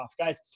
Guys